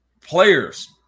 players